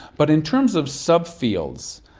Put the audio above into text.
but in terms of sub-fields,